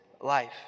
life